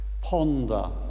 ponder